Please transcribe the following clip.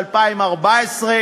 אנחנו מדברים על חקירות במשטרה.